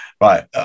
right